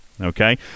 Okay